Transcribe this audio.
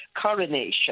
coronation